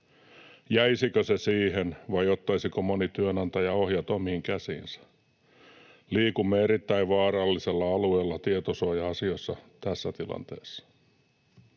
Jäisikö se siihen, vai ottaisiko moni työnantaja ohjat omiin käsiinsä? Liikumme erittäin vaarallisella alueella tietosuoja-asiassa tässä tilanteessa.